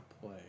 play